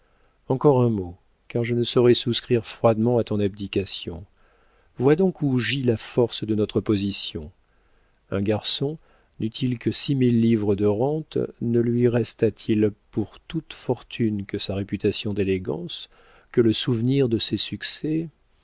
encore un mot car je ne saurais souscrire froidement à ton abdication vois donc où gît la force de notre position un garçon n'eût-il que six mille livres de rente ne lui restât il pour toute fortune que sa réputation d'élégance que le souvenir de ses succès